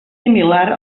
similar